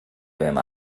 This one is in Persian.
بهم